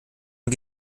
und